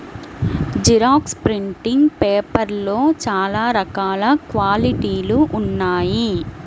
xerox printing పేపర్లలో చాలా రకాల క్వాలిటీలు ఉన్నాయి